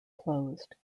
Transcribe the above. closed